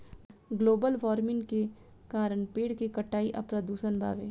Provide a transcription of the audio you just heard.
global warming के कारण पेड़ के कटाई आ प्रदूषण बावे